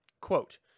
Quote